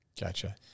Gotcha